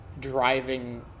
driving